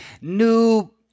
New